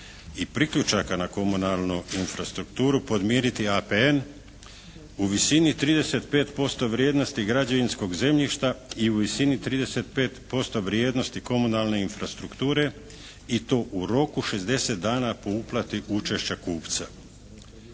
i priključaka na komunalnu infrastrukturu podmiriti APN u visini 35% vrijednosti građevinskog zemljišta i u visini 35% vrijednosti komunalne infrastrukture i to u roku 60 dana po uplati učešća kupca.